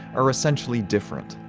are essentially different.